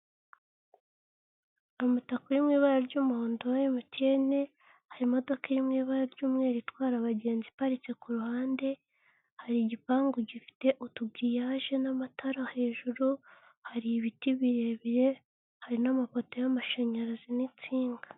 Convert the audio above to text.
Umutaka uri mu ibara ry'umuhondo wa MTN, hari imodoka iri mu ibara ry'umweru itwara abagenzi iparitse ku ruhande, hari igipangu gifite utugiriyaje n'amatara, hejuru hari ibiti birebire, hari n'amapoto y'amashanyarazi n'insinga.